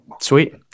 Sweet